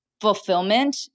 fulfillment